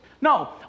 No